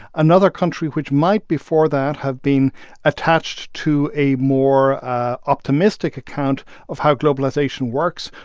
another country, which might before that have been attached to a more optimistic account of how globalization works,